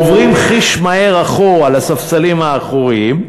עוברים חיש מהר אחורה, לספסלים האחוריים,